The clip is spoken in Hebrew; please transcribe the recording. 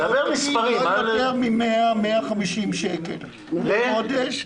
150-100 שקלים לחודש.